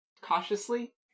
cautiously